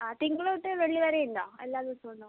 ആ തിങ്കള് തൊട്ട് വെള്ളി വെരെ ഉണ്ടോ എല്ലാ ദിവസവും ഉണ്ടോ